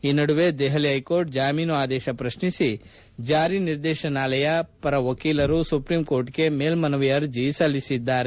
ಈ ನಡುವೆ ದೆಹಲಿ ಹೈಕೋರ್ಟ್ ಜಾಮೀನು ಆದೇಶ ಪ್ರಕ್ನಿಸಿ ಜಾರಿ ನಿರ್ದೇಶನಾಲಯ ಪರ ವಕೀಲರು ಸುಪ್ರೀಂಕೋರ್ಟಿಗೆ ಮೇಲ್ವನವಿ ಅರ್ಜಿ ಸಲ್ಲಿಸಿದ್ದಾರೆ